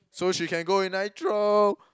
so she can go with Nitro